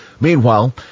Meanwhile